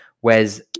Whereas